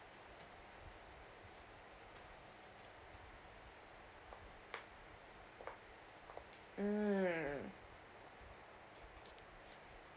mm